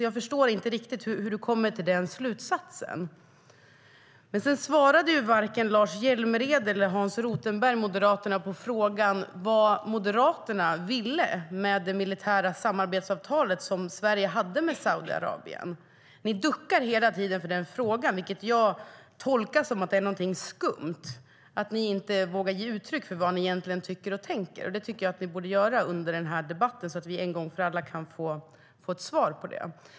Jag förstår inte riktigt hur han kommer till den slutsatsen. Varken Lars Hjälmered eller Hans Rothenberg från Moderaterna svarade på frågan om vad Moderaterna ville med det militära samarbetsavtalet som Sverige hade med Saudiarabien. Ni duckar hela tiden för frågan, vilket jag tolkar som att något är skumt, att ni inte vågar ge uttryck för vad ni egentligen tycker och tänker. Det borde ni göra under debatten så att vi en gång för alla kan få ett svar.